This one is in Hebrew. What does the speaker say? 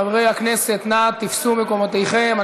חברי הכנסת, נא תפסו מקומותיכם.